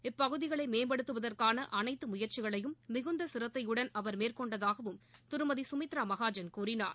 இப்பகுதிகளை மேம்படுத்துவதற்கான அனைத்து முயற்சிகளையும் மிகுந்த சிரத்தையுடன் அவர் மேற்கொண்டதாகவும் திருமதி கமித்ரா மகாஜன் கூறினார்